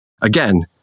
Again